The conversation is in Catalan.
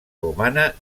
romana